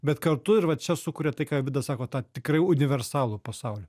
bet kartu ir va čia sukuria tai ką vidas sako tą tikrai universalų pasaulį